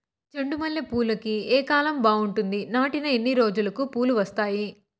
చెండు మల్లె పూలుకి ఏ కాలం బావుంటుంది? నాటిన ఎన్ని రోజులకు పూలు వస్తాయి?